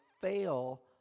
fail